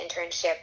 internship